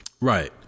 Right